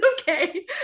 Okay